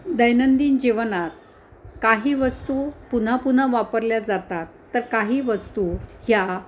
दैनंदिन जीवनात काही वस्तू पुन्हा पुन्हा वापरल्या जातात तर काही वस्तू ह्या